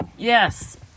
Yes